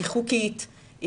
היא חוקית,